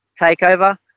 Takeover